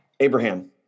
Abraham